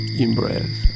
in-breath